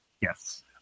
Yes